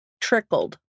trickled